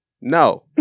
No